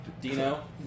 Dino